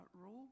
rule